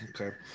okay